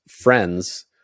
friends